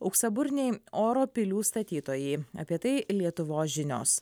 auksaburniai oro pilių statytojai apie tai lietuvos žinios